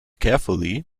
carefully